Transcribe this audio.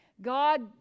God